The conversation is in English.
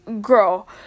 girl